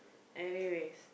anyways